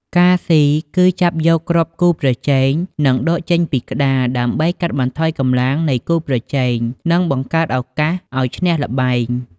ការស៊ី គឺចាប់យកគ្រាប់គូប្រជែង និងដកចេញពីក្ដារ ដើម្បីកាត់បន្ថយកម្លាំងនៃគូប្រជែង និងបង្កើតឱកាសឲ្យឈ្នះល្បែង។